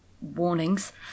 warnings